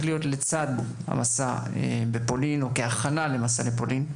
להיות לצד המסע לפולין או כהכנה למסע לפולין.